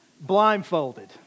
blindfolded